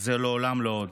זה לעולם לא עוד.